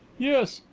yes.